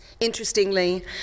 Interestingly